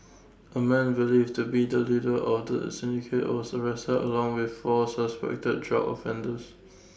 A man believed to be the leader of the syndicate was arrested along with four suspected drug offenders